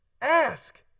Ask